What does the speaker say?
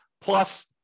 plus